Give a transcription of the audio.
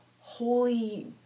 Holy